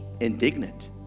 indignant